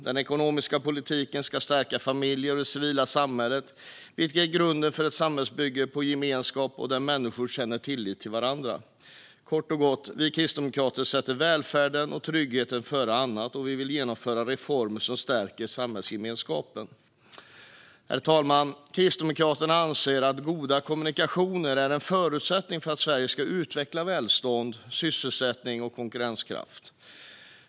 Den ekonomiska politiken ska stärka familjer och det civila samhället, vilket är grunden för ett samhälle byggt på gemenskap och där människor känner tillit till varandra. Kort och gott sätter vi kristdemokrater välfärden och tryggheten före annat, och vi vill genomföra reformer som stärker samhällsgemenskapen. Herr talman! Kristdemokraterna anser att goda kommunikationer är en förutsättning för att Sverige ska utveckla välstånd, sysselsättning och konkurrenskraft.